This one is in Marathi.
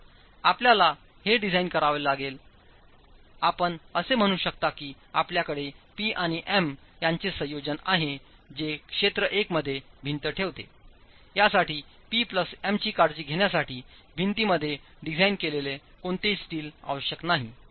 तर आपल्याला हे डिझाइन करावे लागेल आपण असे म्हणू शकता की आपल्याकडे P आणि M यांचे संयोजन आहे जे क्षेत्र 1 मध्ये भिंत ठेवते यासाठी P प्लसM चीकाळजी घेण्यासाठी भिंतीमध्ये डिझाइन केलेले कोणतेही स्टील आवश्यक नाही